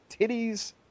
titties